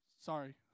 Sorry